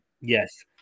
Yes